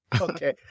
Okay